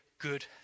good